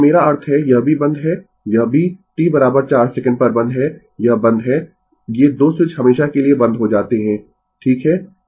तो मेरा अर्थ है यह भी बंद है यह भी t 4 सेकंड पर बंद है यह बंद है ये 2 स्विच हमेशा के लिए बंद हो जाते है ठीक है